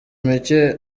mike